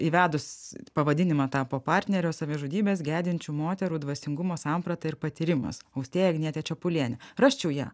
įvedus pavadinimą tą po partnerio savižudybės gedinčių moterų dvasingumo samprata ir patyrimas austėja agnietė čepulienė rasčiau ją